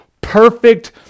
perfect